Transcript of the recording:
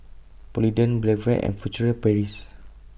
Polident Blephagel and Furtere Paris